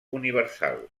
universal